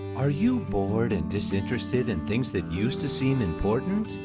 are you bored and disinterested in things that used to seem important,